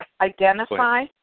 identify